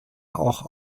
auch